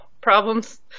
problems